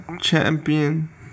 champion